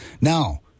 Now